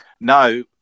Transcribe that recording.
no